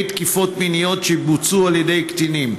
תקיפות מיניות שבוצעו על ידי קטינים.